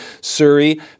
Surrey